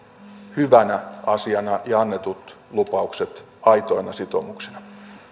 hyvänä asiana ja annetut lupaukset aitoina sitoumuksina